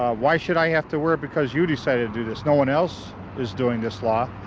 ah why should i have to wear it because you decided to do this? no one else is doing this law.